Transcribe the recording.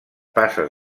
passes